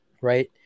Right